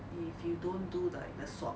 if you don't do like the swap